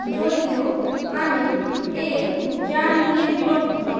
যদিও আমি এই জ্যাম নিয়ে বিরক্ত